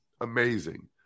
Amazing